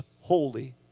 holy